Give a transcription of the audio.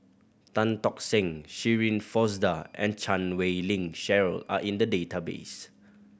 Tan Tock Seng Shirin Fozdar and Chan Wei Ling Cheryl are in the database